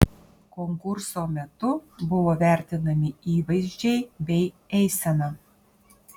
konkurso metu buvo vertinami įvaizdžiai bei eisena